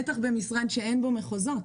ובטח במשרד שאין בו מחוזות.